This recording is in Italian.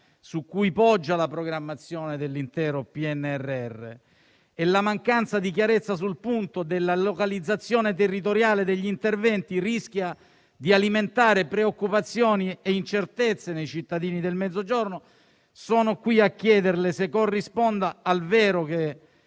su cui poggia la programmazione dell'intero PNRR e la mancanza di chiarezza sul punto della localizzazione territoriale degli interventi rischia di alimentare preoccupazioni e incertezze nei cittadini del Mezzogiorno, sono qui a chiederle se corrisponda al vero che